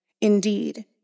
Indeed